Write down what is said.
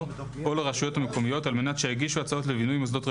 או לרשויות המקומיות על מנת שיגישו הצעות לבינוי מוסדות רלוונטיים.